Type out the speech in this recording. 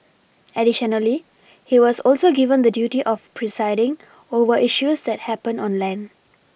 additionally he was also given the duty of presiding over issues that happen on land